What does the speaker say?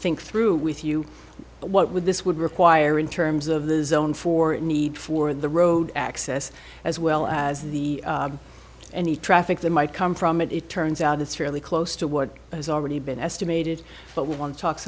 think through with you what would this would require in terms of the zone for a need for the road access as well as the any traffic that might come from it it turns out it's fairly close to what has already been estimated but we want to talk